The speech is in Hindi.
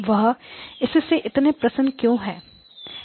वह इससे इतने प्रसन्न क्यों है